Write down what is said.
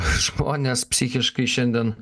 žmones psichiškai šiandien